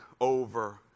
over